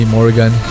Morgan